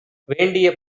வேண்டிய